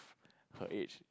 her age